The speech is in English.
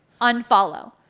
unfollow